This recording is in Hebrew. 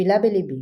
ותפילה בליבי